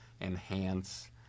enhance